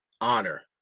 honor